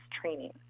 training